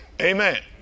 Amen